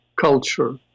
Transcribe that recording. culture